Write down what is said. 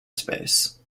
space